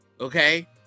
Okay